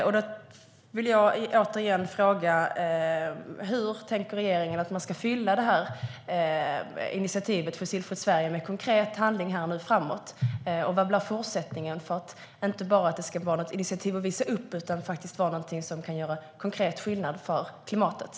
Jag vill återigen fråga: Hur tänker regeringen att man ska fylla initiativet Fossilfritt Sverige med konkret handling framöver? Vad gör man i fortsättningen för att initiativet ska innebära en konkret skillnad för klimatet, och inte bara ett initiativ att visa upp?